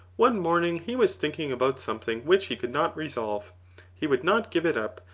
one morning he was thinking about something which he could not resolve he would not give it up,